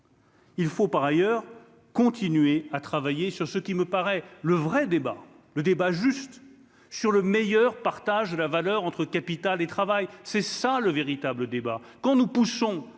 Il faut par ailleurs continuer à travailler sur ce qui me paraît le vrai débat, le débat juste sur le meilleur partage de la valeur entre capital et travail, c'est ça le véritable débat